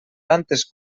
tantes